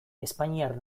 espainiar